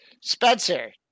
Spencer